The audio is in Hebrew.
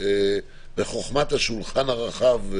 להיעזר בחכמת השולחן הרחב.